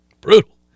Brutal